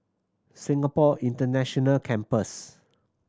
Singapore International Campus